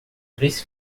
três